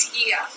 year